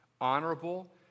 honorable